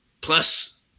plus